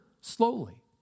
slowly